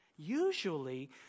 Usually